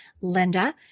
Linda